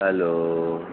hello